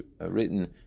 written